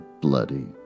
bloody